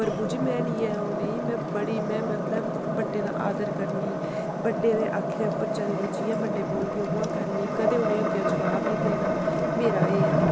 पर बूजी में निं है ओह् नेही में बड़ी में मतलब बड्डें दा आदर करनीं बड्डें दे आखे उप्पर चलनीं जि'यां बड्डे बोलगे उ'आं करनीं कदें उ'नें गी अग्गें जवाब निं देना मेरा एह् ऐ